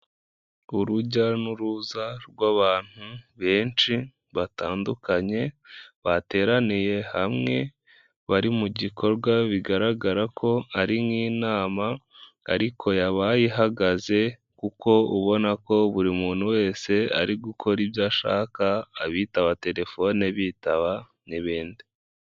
Urujya n'uruza rw'abantu, benshi, batandukanye, bateraniye hamwe, bari mu gikorwa bigaragara ko ari nk'inama, ariko yabaye ihagaze, kuko ubona ko buri muntu wese ari gukora ibyo ashaka, abitaba telefone bitaba n'ibindi.